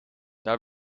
daar